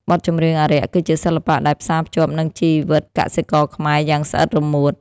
បទចម្រៀងអារក្ស គឺជាសិល្បៈដែលផ្សារភ្ជាប់នឹងជីវិតកសិករខ្មែរយ៉ាងស្អិតរមួត។